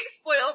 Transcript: spoiled